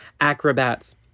acrobats